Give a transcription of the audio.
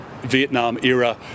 Vietnam-era